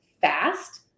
fast